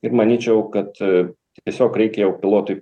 ir manyčiau kad tiesiog reikia jau pilotui